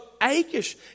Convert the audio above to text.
Achish